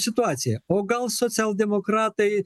situacija o gal socialdemokratai